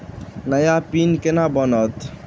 नया पिन केना बनत?